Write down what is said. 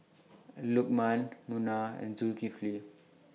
Lukman Munah and Zulkifli